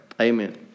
Amen